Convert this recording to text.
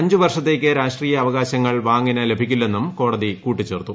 അഞ്ചു വർഷത്തേക്ക് രാഷ്ട്രീയ അവകാശങ്ങൾ വാംഗിന് ലഭിക്കില്ലെന്നും കോടതി കൂട്ടിച്ചേർത്തു